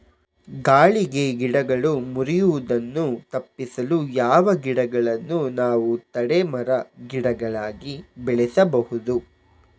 ಗಾಳಿಗೆ ಗಿಡಗಳು ಮುರಿಯುದನ್ನು ತಪಿಸಲು ಯಾವ ಗಿಡಗಳನ್ನು ನಾವು ತಡೆ ಮರ, ಗಿಡಗಳಾಗಿ ಬೆಳಸಬಹುದು?